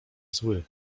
zły